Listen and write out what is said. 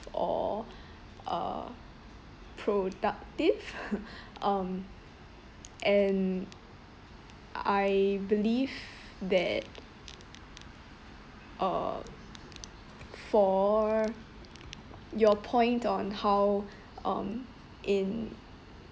or uh productive um and I believe that uh for your point on how um in